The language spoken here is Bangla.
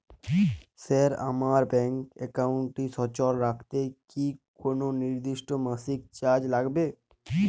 স্যার আমার ব্যাঙ্ক একাউন্টটি সচল রাখতে কি কোনো নির্দিষ্ট মাসিক চার্জ লাগবে?